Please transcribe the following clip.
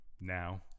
now